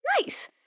Nice